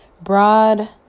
broad